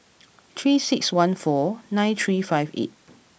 three six one four nine three five eight